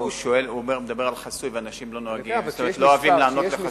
הוא מדבר על חסוי, ואנשים לא אוהבים לענות בחסוי.